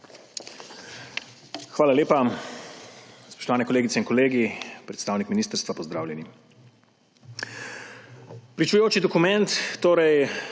Hvala lepa. Spoštovane kolegice in kolegi, predstavnik ministra, pozdravljeni! Pričujoči dokument torej